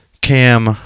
Cam